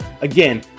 again